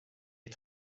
est